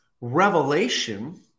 revelation